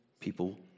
people